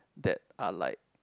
that are like